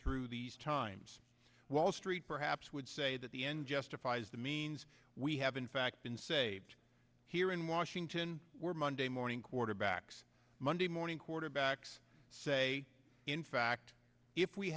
through these times wall street perhaps would say that the end justifies the means we have in fact been saved here in washington we're monday morning quarterbacks monday morning quarterbacks say in fact if we